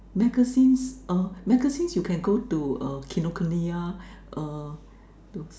magazines uh magazines you can go to uh Kinokuniya uh to